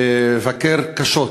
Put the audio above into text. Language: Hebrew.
לבקר קשות